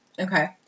Okay